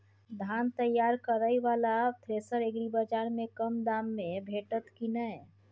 धान तैयार करय वाला थ्रेसर एग्रीबाजार में कम दाम में भेटत की नय?